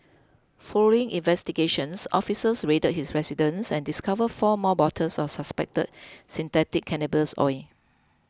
following investigations officers raided his residence and discovered four more bottles of suspected synthetic cannabis oil